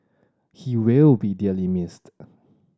he will be dearly missed